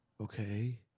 Okay